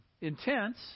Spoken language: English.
intense